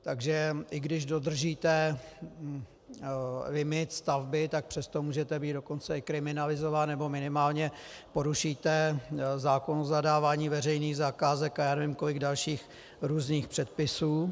Takže i když dodržíte limit stavby, tak přesto můžete být dokonce kriminalizován, nebo minimálně porušíte zákon o zadávání veřejných zakázek a já nevím, kolik dalších různých předpisů...